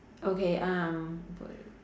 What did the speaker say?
okay um